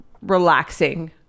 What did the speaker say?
relaxing